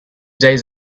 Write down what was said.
days